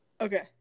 Okay